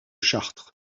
chartres